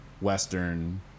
Western